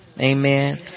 Amen